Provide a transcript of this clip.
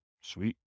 Sweet